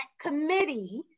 committee